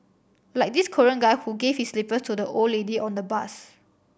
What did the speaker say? like this Korean guy who gave his slippers to the old lady on the bus